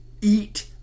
eat